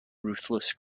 ruthless